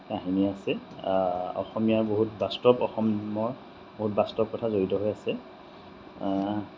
কাহিনী আছে অসমীয়া বহুত বাস্তৱ অসমৰ বহুত বাস্তৱ কথা জড়িত হৈ আছে